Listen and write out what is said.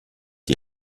die